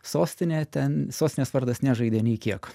sostinė ten sostinės vardas nežaidė nei kiek